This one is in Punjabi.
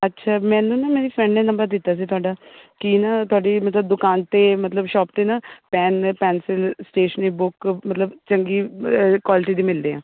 ਅੱਛਾ ਮੈਨੂੰ ਨਾ ਮੇਰੀ ਫਰੈਂਡ ਨੇ ਨੰਬਰ ਦਿੱਤਾ ਸੀ ਤੁਹਾਡਾ ਕਿ ਨਾ ਤੁਹਾਡੀ ਮਤਲਬ ਦੁਕਾਨ 'ਤੇ ਮਤਲਬ ਸ਼ੋਪ 'ਤੇ ਨਾ ਪੈੱਨ ਪੈਨਸਲ ਸਟੇਸ਼ਨਰੀ ਬੁੱਕ ਮਤਲਬ ਚੰਗੀ ਕੁਆਲਿਟੀ ਦੇ ਮਿਲਦੇ ਆ